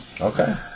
Okay